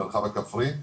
המרחב הכפרי,